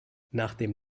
nachdem